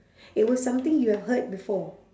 it was something you have heard before